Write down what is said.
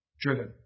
driven